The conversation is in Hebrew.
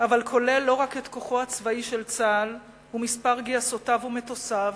אבל כולל לא רק את כוחו הצבאי של צה"ל ומספר גיסותיו ומטוסיו